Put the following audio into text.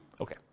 Okay